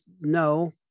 no